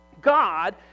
God